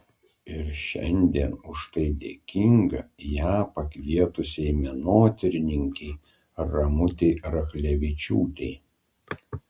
ir šiandien už tai dėkinga ją pakvietusiai menotyrininkei ramutei rachlevičiūtei